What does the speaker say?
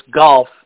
golf